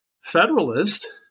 federalist